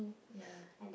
ya